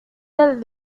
del